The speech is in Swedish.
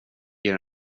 ger